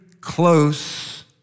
close